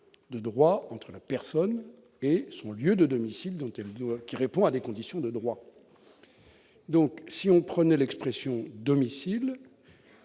de droit entre la personne et son lieu de domicile dont elle qui répond à des conditions de droit, donc si on prenait l'expression domicile ça